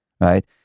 right